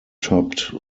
topped